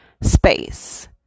space